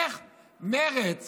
איך מרצ